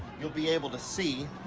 you'll be able to see